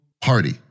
party